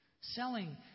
selling